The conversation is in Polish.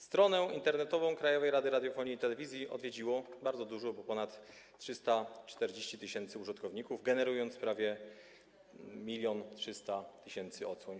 Stronę internetową Krajowej Rady Radiofonii i Telewizji odwiedziło bardzo dużo, bo ponad 340 tys. użytkowników, generując prawie 1 300 000 odsłon.